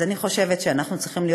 אז אני חושבת שהיינו צריכים,